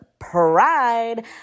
pride